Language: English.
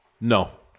No